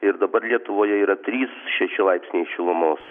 ir dabar lietuvoje yra trys šeši laipsniai šilumos